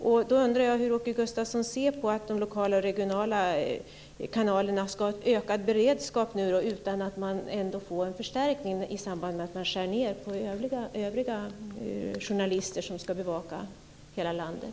Jag undrar hur Åke Gustavsson ser på att de lokala och regionala kanalerna ska ha en ökad beredskap utan att få någon förstärkning i samband med att man skär ned på övriga journalister som ska bevaka hela landet.